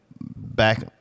back